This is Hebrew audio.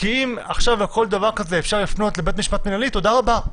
כי אם עכשיו על כל דבר כזה אפשר לפנות לבית משפט מנהלי תודה רבה.